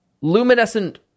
luminescent